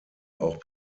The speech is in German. auch